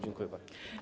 Dziękuję bardzo.